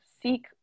seek